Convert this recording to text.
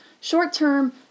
short-term